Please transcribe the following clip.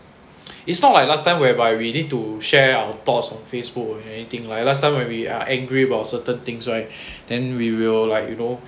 it's not like last time whereby we need to share our thoughts on Facebook or anything like last time when we are angry about certain things right then we will like you know